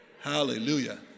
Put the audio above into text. Hallelujah